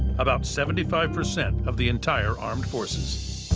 about seventy five percent of the entire armed forces.